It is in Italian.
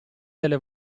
delle